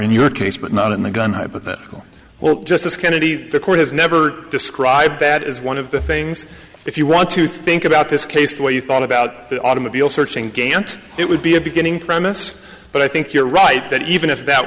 in your case but not in the gun hypothetical well justice kennedy the court has never described bad as one of the things if you want to think about this case where you thought about the automobile searching gant it would be a beginning premise but i think you're right that even if that